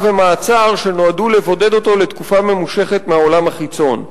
ומעצר שנועדו לבודד אותו לתקופה ממושכת מהעולם החיצון.